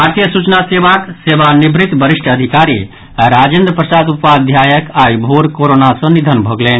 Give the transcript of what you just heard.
भारतीय सूचना सेवाक सेवानिवृत वरिष्ठ अधिकारी राजेन्द्र प्रसाद उपाध्यायक आइ भोर कोरोना सँ निधन भऽ गेलनि